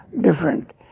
different